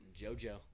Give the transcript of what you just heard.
JoJo